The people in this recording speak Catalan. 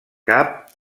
cap